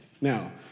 Now